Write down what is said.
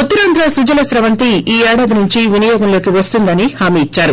ఉత్తరాంధ్ర సుజల స్రవంతి ఈ ఏడాది నుంచి వినియోగంలోకి వస్తుందాని హామీ ఇచ్చారు